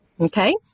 Okay